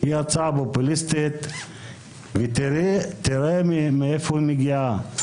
היא הצעה פופוליסטית ותראה מאיפה היא מגיעה,